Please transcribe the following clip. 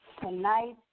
Tonight